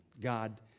God